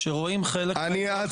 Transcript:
כשרואים חלק קטן